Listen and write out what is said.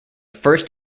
first